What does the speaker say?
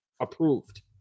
approved